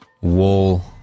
wall